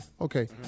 Okay